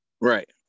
Right